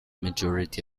majority